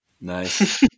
Nice